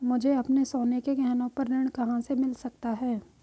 मुझे अपने सोने के गहनों पर ऋण कहां से मिल सकता है?